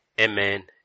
Amen